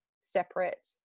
separate